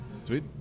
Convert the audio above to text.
sweet